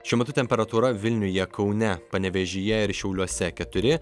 šiuo metu temperatūra vilniuje kaune panevėžyje ir šiauliuose keturi